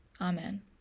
Amen